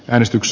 äänestyks